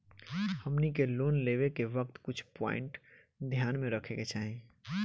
हमनी के लोन लेवे के वक्त कुछ प्वाइंट ध्यान में रखे के चाही